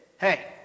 hey